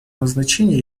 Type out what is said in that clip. назначения